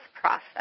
process